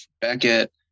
beckett